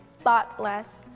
spotless